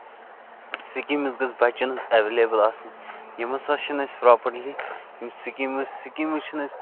schemes گٔژھ بَچَن ہٕنز آسان ایویلیبٔل آسٕنۍ یِم ہسا چھِنہٕ اَسہِ پروپَرلی سِکیٖمٔز سِکیٖمٔز چھنہٕ اَسہِ